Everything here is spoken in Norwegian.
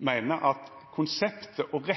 meiner at konseptet og